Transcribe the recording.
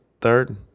third